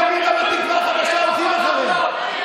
ימינה ותקווה חדשה הולכים אחריהם.